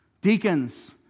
deacons